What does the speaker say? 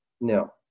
No